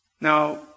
Now